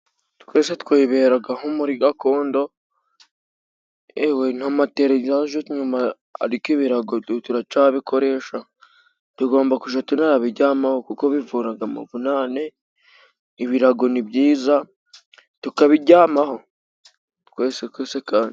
Twese tweberagaho muri gakondo. Ewe ntamatere yaje nyuma ariko ibirago turacabikoresha. Tugomba kuja turabiryamaho kuko bivuraga amavunane; ibirago ni byiza tukabiryamaho twese twese kandi.